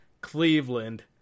Cleveland